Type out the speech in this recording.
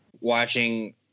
watching